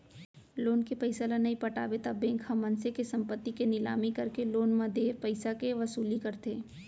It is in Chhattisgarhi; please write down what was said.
लोन के पइसा ल नइ पटाबे त बेंक ह मनसे के संपत्ति के निलामी करके लोन म देय पइसाके वसूली करथे